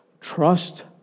Trust